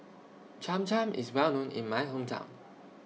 Cham Cham IS Well known in My Hometown